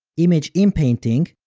image inpainting,